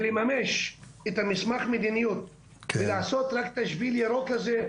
לממש את המסמך המדיניות ולעשות רק את השביל הירוק הזה,